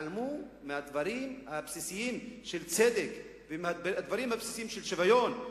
התעלמו מהדברים הבסיסיים של צדק ומהדברים הבסיסיים של שוויון,